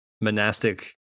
monastic